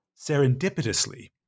Serendipitously